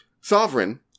sovereign